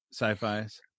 sci-fis